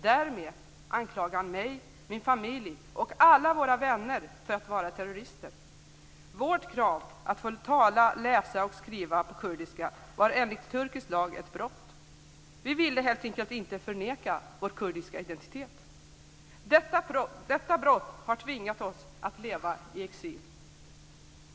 Därmed anklagar han mig, min familj och alla våra vänner för att vara terrorister. Vårt krav att få tala, läsa och skriva på kurdiska var enligt turkisk lag ett brott. Vi ville helt enkelt inte förneka vår kurdiska identitet. Detta brott har tvingat oss att leva i exil.